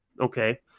Okay